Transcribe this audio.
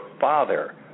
father